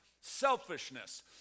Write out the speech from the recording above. selfishness